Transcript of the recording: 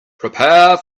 prepare